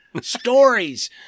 Stories